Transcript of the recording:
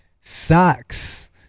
socks